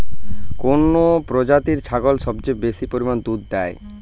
কোন প্রজাতির ছাগল সবচেয়ে বেশি পরিমাণ দুধ দেয়?